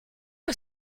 est